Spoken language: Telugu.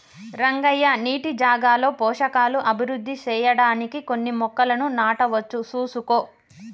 రంగయ్య నీటి జాగాలో పోషకాలు అభివృద్ధి సెయ్యడానికి కొన్ని మొక్కలను నాటవచ్చు సూసుకో